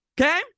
Okay